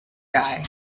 guy